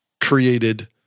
created